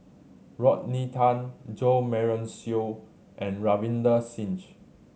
Rodney Tan Jo Marion Seow and Ravinder Singh